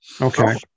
Okay